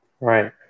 Right